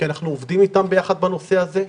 אנחנו עובדים יחד איתם בנושא הזה,